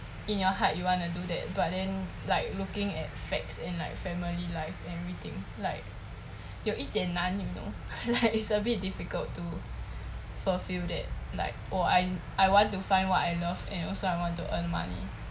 in your heart you wanna do that but then like looking at facts and like family life everything like 有一点难 you know like it's a bit difficult to fulfill that like or I I want to find what I love and also I want to earn money